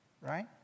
right